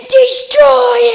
destroy